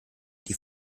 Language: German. die